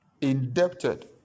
indebted